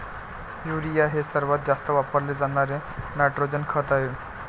urea हे सर्वात जास्त वापरले जाणारे नायट्रोजन खत आहे